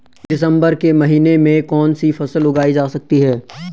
दिसम्बर के महीने में कौन सी फसल उगाई जा सकती है?